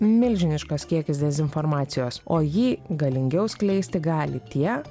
milžiniškas kiekis dezinformacijos o jį galingiau skleisti gali tie